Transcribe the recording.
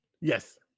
Yes